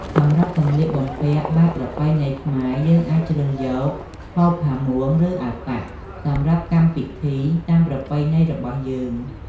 សម្រាប់សម្លៀកបំពាក់បែបប្រពៃណីខ្មែរយើងអាចជ្រើសយក ហូល ផាមួង ឬអាវប៉ាក់សម្រាប់កម្មពិធីតាមប្រពៃណីរបស់យើង។